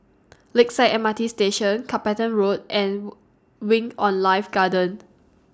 Lakeside M R T Station Carpenter Road and Wing on Life Garden